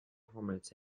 performance